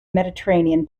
mediterranean